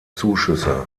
zuschüsse